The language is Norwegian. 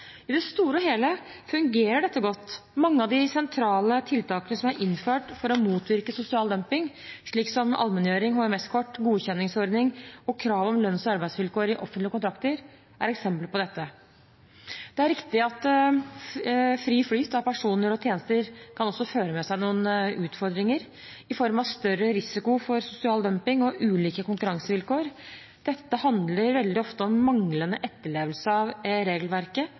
I det store og hele fungerer dette godt. Mange av de sentrale tiltakene som er innført for å motvirke sosial dumping, slik som allmenngjøring, HMS-kort, godkjenningsordning og krav om lønns- og arbeidsvilkår i offentlige kontrakter, er eksempler på dette. Det er riktig at fri flyt av personer og tjenester også kan føre med seg noen utfordringer i form av større risiko for sosial dumping og ulike konkurransevilkår. Dette handler veldig ofte om manglende etterlevelse av regelverket,